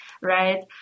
right